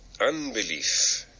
unbelief